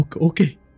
okay